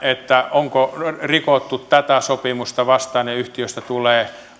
onko rikottu tätä sopimusta vastaan ja yhtiöstä tulee